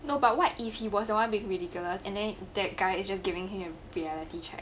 no but what if he was the one being ridiculous and then that guy is just giving him a reality check